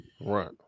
Right